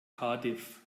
cardiff